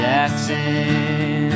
Jackson